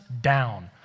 Down